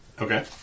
Okay